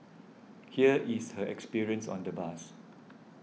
here is her experience on the bus